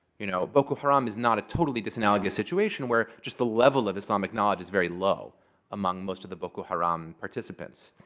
you know boko haram is not a totally dis-analogous situation, where just the level of islamic knowledge is very low among most of the boko haram participants.